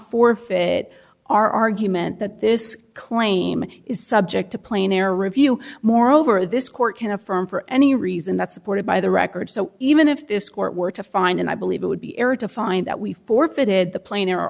forfeit our argument that this claim is subject to plain air review moreover this court can affirm for any reason that supported by the record so even if this court were to find and i believe it would be error to find that we forfeited the plane or